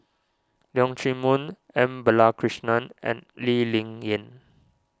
Leong Chee Mun M Balakrishnan and Lee Ling Yen